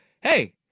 hey